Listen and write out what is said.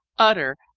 utter,